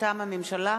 מטעם הממשלה: